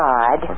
God